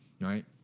Right